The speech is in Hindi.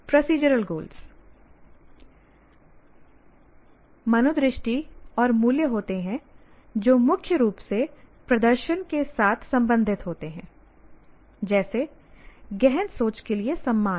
प्रोसीजरल गोलस मनोदृष्टि और मूल्य होते हैं जो मुख्य रूप से प्रदर्शन के साथ संबंधित होते हैं जैसे गहन सोच के लिए सम्मान